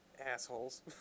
Assholes